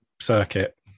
circuit